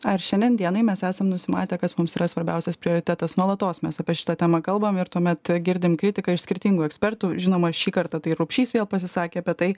ar šiandien dienai mes esam nusimatę kas mums yra svarbiausias prioritetas nuolatos mes apie šitą temą kalbam ir tuomet girdim kritiką iš skirtingų ekspertų žinoma šį kartą tai rupšys vėl pasisakė apie tai